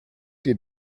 dir